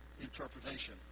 interpretation